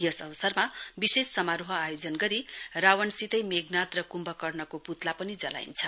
यस अवसरमा विशेष समारोह आयोजन गरी रावणसितै मेघनाद र कुम्भकर्णको पुत्ला पनि जलाइन्छ